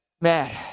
man